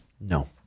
No